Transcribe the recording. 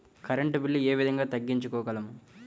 Current bill ఏ విధంగా తగ్గించుకోగలము?